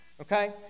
Okay